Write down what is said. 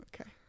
okay